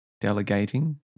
delegating